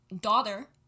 daughter